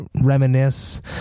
reminisce